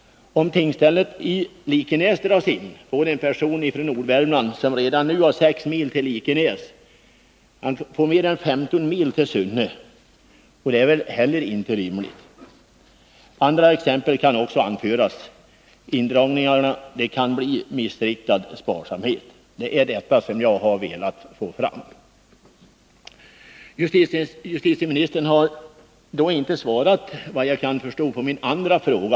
Om tingsstället i Likenäs dras in, får en person från Nordvärmland — som redan nu har 6 mil till Likenäs — en resväg på mer än 15 mil till Sunne. Inte heller detta är rimligt. Även andra exempel kan anföras. Att dra in tingsställena kan alltså visa sig vara missriktad sparsamhet. Det är detta jag har velat peka på i min interpellation. Justitieministern har, efter vad jag förstår, inte svarat på min andra fråga.